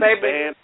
baby